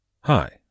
Hi